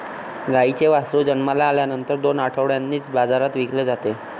गाईचे वासरू जन्माला आल्यानंतर दोन आठवड्यांनीच बाजारात विकले जाते